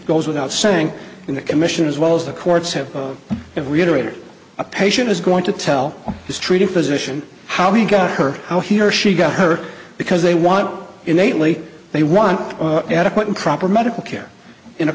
goes without saying in the commission as well as the courts have it reiterated a patient is going to tell his treating physician how he got her how he or she got her because they want innately they want adequate and proper medical care in a